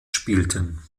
spielten